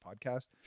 podcast